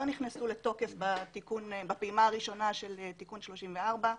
נכנסו לתוקף בפעימה הראשונה של תיקון 34,